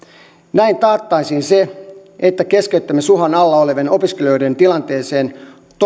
näin taattaisiin se että keskeyttämisuhan alla olevien opiskelijoiden tilanteeseen